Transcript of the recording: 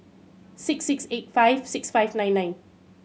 six six eight five six five nine nine